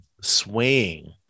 swaying